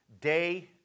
day